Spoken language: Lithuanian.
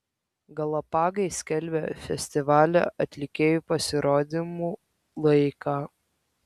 galapagai skelbia festivalio atlikėjų pasirodymų laiką